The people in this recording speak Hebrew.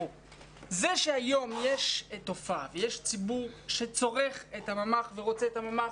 זה שהיום יש ציבור שצורך את הממ"ח ורוצה את הממ"ח,